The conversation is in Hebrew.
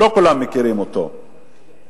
לא כולם מכירים אותו,